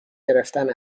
گرفتن